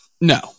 No